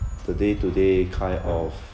today today kind of